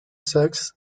saxe